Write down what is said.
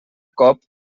cop